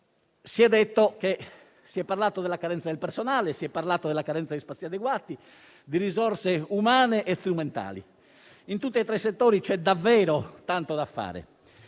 giudiziario. Si è parlato della carenza di personale, si è parlato della carenza di spazi adeguati e di risorse umane e strumentali: in tutti e tre i settori c'è davvero tanto da fare.